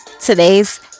today's